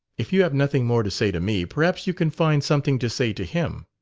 if you have nothing more to say to me, perhaps you can find something to say to him.